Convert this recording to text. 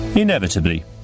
Inevitably